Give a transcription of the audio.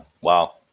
Wow